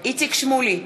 איציק שמולי,